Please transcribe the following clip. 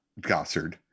Gossard